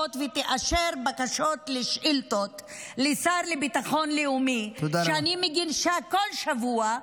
ותאשר בקשות לשאילתות לשר לביטחון לאומי שאני מגישה כל שבוע,